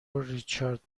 ریچارد